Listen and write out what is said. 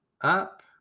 up